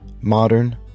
modern